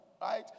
right